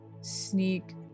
sneak